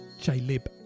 J-Lib